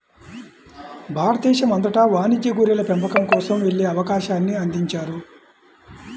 భారతదేశం అంతటా వాణిజ్య గొర్రెల పెంపకం కోసం వెళ్ళే అవకాశాన్ని అందించారు